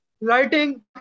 Writing